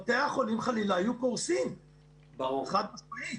בתי החולים, חלילה, היו קורסים חד משמעית.